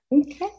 Okay